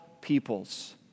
peoples